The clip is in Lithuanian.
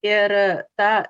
ir ta